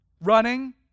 Running